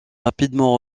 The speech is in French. rapidement